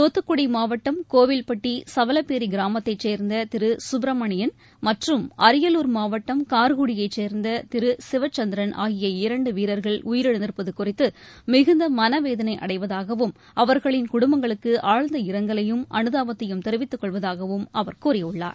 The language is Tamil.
தூத்துக்குடி மாவட்டம் கோவில்பட்டி சவலப்பேரி கிராமத்தைச் சேர்ந்த திரு சுப்பிரமணியன் மற்றும் அரியலூர் மாவட்டம் கார்குடியைச் சேர்ந்த திரு சிவச்சந்திரன் ஆகிய இரண்டு வீரர்கள் உயிரிழந்திருப்பது குறித்து மிகுந்த மனவேதனை அடைவதாகவும் அவர்களின் குடும்பங்களுக்கு ஆழ்ந்த இரங்கலையும் அனுதாபத்தையும் தெரிவித்துக் கொள்வதாக அவர் கூறியுள்ளார்